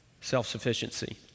self-sufficiency